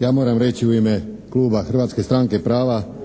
ja moram reći u ime Kluba Hrvatske stranke prava